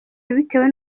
bitewe